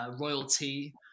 Royalty